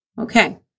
Okay